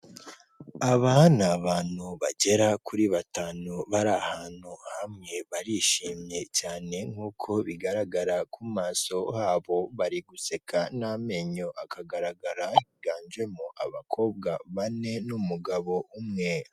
Abana ni abantu bagera kuri batanu bari ahantu hamwe, barishimye cyane nk'uko bigaragara ku maso habo, bari guseka n'amenyo akagaragara higanjemo abakobwa bane n'umugabo umwe.